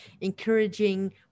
encouraging